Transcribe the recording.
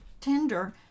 tender